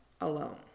alone